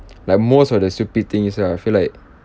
like most of the stupid things ah I feel like